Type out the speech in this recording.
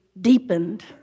deepened